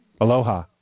Aloha